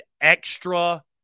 extra